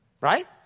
Right